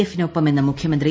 എഫിന്റെപ്പ്മെന്ന് മുഖ്യമന്ത്രി